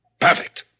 Perfect